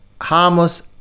harmless